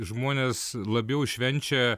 žmonės labiau švenčia